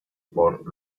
por